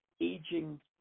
aging